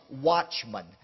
watchmen